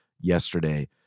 yesterday